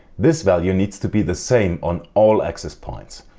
this value needs to be the same on all access points.